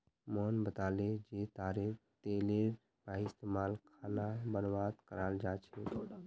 मोहन बताले जे तारेर तेलेर पइस्तमाल खाना बनव्वात कराल जा छेक